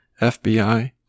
FBI